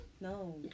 no